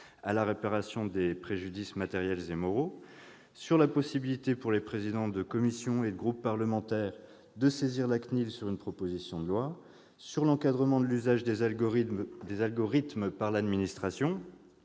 à la réparation des préjudices matériels et moraux, sur la possibilité pour les présidents de commission et de groupe parlementaires de saisir la CNIL sur une proposition de loi, sur l'encadrement de l'usage des algorithmes par l'administration,